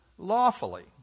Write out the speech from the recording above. lawfully